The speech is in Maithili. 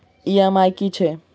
ई.एम.आई की छैक?